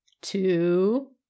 two